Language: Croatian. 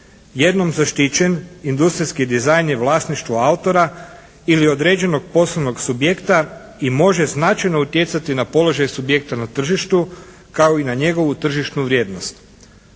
Jednom zaštićen industrijski dizajn je vlasništvo autora ili određenog poslovnog subjekta i može značajno utjecati na položaj subjekta na tržištu kao i na njegovu tržišnu vrijednost.